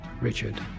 richard